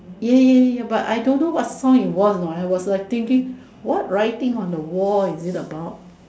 ya ya ya ya ya but I don't know what song it was you know I was like thinking what writing on the wall is it about